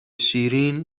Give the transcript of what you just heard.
شیرین